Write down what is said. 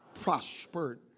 prospered